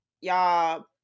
y'all